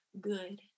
good